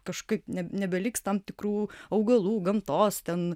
kažkaip ne nebeliks tam tikrų augalų gamtos ten